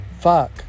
Fuck